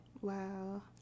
wow